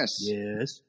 Yes